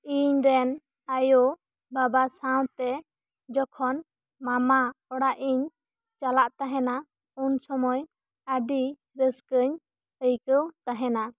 ᱤᱧ ᱨᱮᱱ ᱟᱭᱚ ᱵᱟᱵᱟ ᱥᱟᱶᱛᱮ ᱡᱚᱠᱷᱚᱱ ᱢᱟᱢᱟ ᱚᱲᱟᱜ ᱤᱧ ᱪᱟᱞᱟᱜ ᱛᱟᱦᱮᱱᱟ ᱩᱱ ᱥᱚᱢᱚᱭ ᱟᱹᱰᱤ ᱨᱟᱹᱥᱠᱟᱹᱧ ᱟᱹᱭᱠᱟᱹᱣ ᱛᱟᱦᱮᱱᱟ